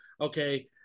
Okay